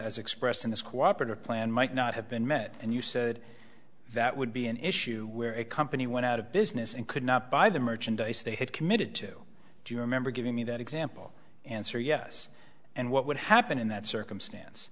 as expressed in this cooperative plan might not have been met and you said that would be an issue where a company went out of business and could not buy the merchandise they had committed to do you remember giving me that example answer yes and what would happen in that circumstance